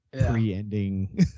pre-ending